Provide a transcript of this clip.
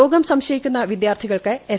രോഗം സംശയിക്കുന്ന വിദ്യാർത്ഥികൾക്ക് എസ്